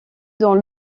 dans